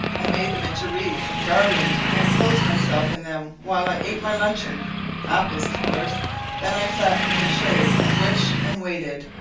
and made them into wreaths and garlands and clothed myself in them while i ate my luncheon apples, of course then i sat in the shade and wished and waited.